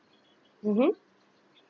mmhmm